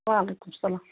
وعلیکُم السلام